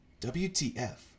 WTF